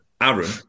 Aaron